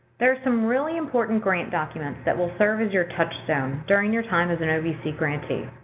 there are some really important grant documents that will serve as your touchstone during your time as an ovc grantee.